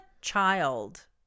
child